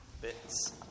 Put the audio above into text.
bits